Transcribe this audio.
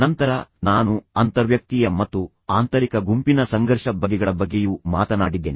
ನಂತರ ನಾನು ಅಂತರ್ವ್ಯಕ್ತೀಯ ಮತ್ತು ಆಂತರಿಕ ಗುಂಪಿನ ಸಂಘರ್ಷ ಬಗೆಗಳ ಬಗ್ಗೆಯೂ ಮಾತನಾಡಿದ್ದೇನೆ